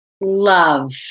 Love